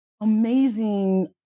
amazing